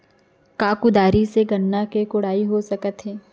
का कुदारी से गन्ना के कोड़ाई हो सकत हे?